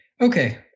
okay